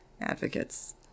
advocates